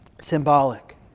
Symbolic